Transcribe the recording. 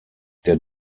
der